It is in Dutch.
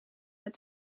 met